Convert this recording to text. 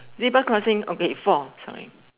zebra crossing okay four sorry